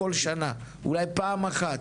אולי פעם אחת